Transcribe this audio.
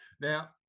now